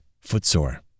footsore